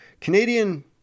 Canadian